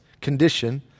condition